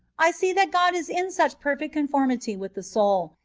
i see that god is in such perfect conformity with the soul,